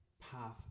path